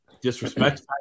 disrespect